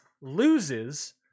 loses